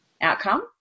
outcome